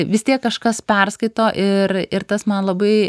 vis tiek kažkas perskaito ir ir tas man labai